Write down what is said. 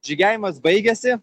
žygiavimas baigėsi